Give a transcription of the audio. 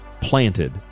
planted